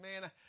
man